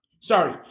sorry